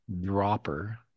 dropper